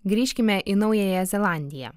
grįžkime į naująją zelandiją